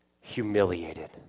humiliated